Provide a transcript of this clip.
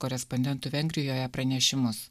korespondentų vengrijoje pranešimus